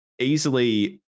easily